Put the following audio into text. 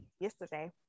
yesterday